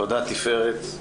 תודה, תפארת,